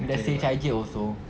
macam C_H_I_J also